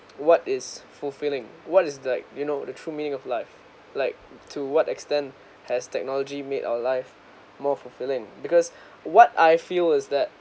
what is fulfilling what is the like you know the true meaning of life like to what extent has technology made our life more fulfilling because what I feel is that